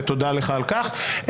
ותודה לך על כך.